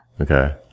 Okay